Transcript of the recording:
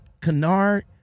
Canard